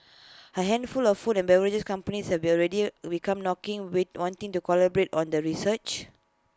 A handful of food and beverage companies have already become knocking wait wanting to collaborate on the research